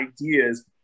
ideas